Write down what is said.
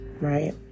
Right